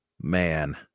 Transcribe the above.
man